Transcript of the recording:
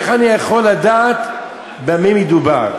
איך אני יכול לדעת במי מדובר?